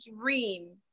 dream